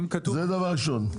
זה דבר ראשון.